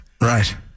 Right